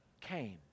came